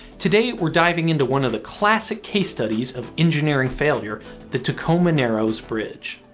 today we're diving into one of the classic case studies of engineering failure the tacoma narrows bridge.